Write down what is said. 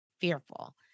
fearful